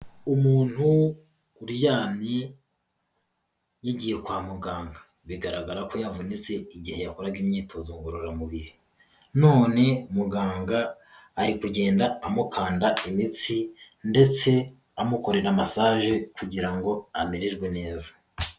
Umuntu uryamye yagiye kwa muganga bigaragara ko yavunitse igihe yakoraga imyitozo ngororamubiri none muganga ari kugenda amukanda imitsi ndetse amukorera masaje kugira ngo amererwe neza.